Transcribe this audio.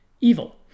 evil